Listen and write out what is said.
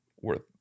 worth